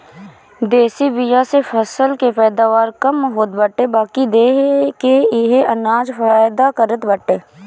देशी बिया से फसल के पैदावार कम होत बाटे बाकी देहि के इहे अनाज फायदा करत बाटे